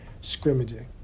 scrimmaging